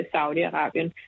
Saudi-Arabien